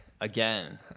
Again